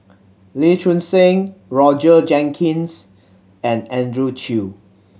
Lee Choon Seng Roger Jenkins and Andrew Chew